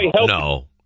no